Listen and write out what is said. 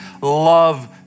love